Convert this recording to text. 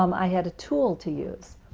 um i had a tool to use.